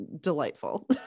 delightful